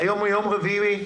רביעי,